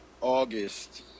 August